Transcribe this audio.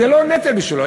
זה לא נטל בשבילו.